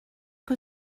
que